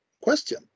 question